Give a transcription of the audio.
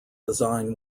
design